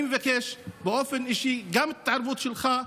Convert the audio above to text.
אני מבקש באופן אישי גם את ההתערבות שלך,